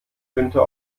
günther